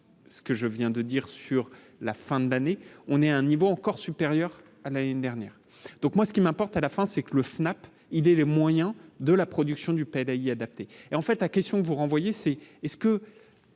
ce que je viens de dire, sur la fin de l'année, on est à un niveau encore supérieur à l'année dernière, donc moi ce qui m'importe à la fin, c'est que le FNAP idée les moyens de la production du pédalier adapté et en fait la question vous renvoyer, c'est : est ce que